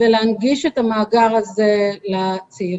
ולהנגיש את המאגר הזה לצעירים.